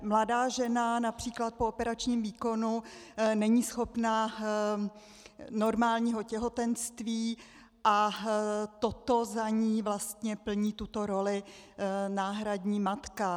Mladá žena např. po operačním výkonu není schopna normálního těhotenství a toto za ni vlastně plní tuto roli náhradní matka.